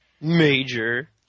Major